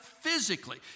physically